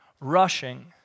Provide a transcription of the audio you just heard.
rushing